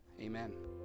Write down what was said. Amen